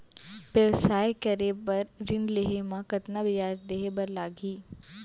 व्यवसाय करे बर ऋण लेहे म कतना ब्याज देहे बर लागही?